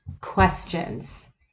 questions